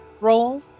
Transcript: roll